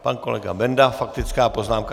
Pan kolega Benda faktická poznámka.